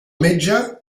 metge